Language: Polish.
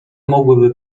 mogłyby